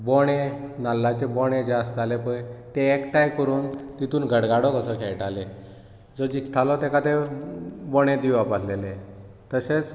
बोणे नाल्लाचे बोणे जे आसताले पळय ते एकठांय करून तितून गडगाडो कसो खेळटाले जो जिंखतालो ताका ते बोणे दिवप आहललें तशेंच